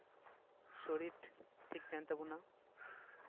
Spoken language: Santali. ᱥᱚᱨᱤᱨ ᱴᱷᱤᱠ ᱛᱟᱦᱮᱱ ᱛᱟᱵᱚᱱᱟ